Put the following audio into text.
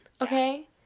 okay